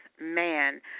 man